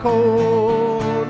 cold